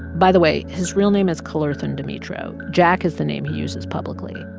by the way, his real name is kalerthon demetro. jack is the name he uses publicly.